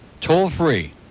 Toll-free